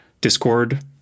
Discord